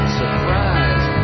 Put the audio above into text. surprise